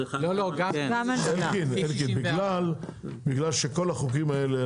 בגלל שכל החוקים האלה,